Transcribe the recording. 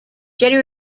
jenny